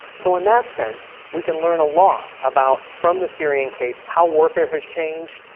so in that sense, we can learn a lot about. from the syrian case how warfare has changed.